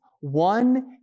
One